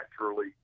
naturally